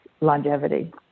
longevity